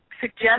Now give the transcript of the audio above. suggest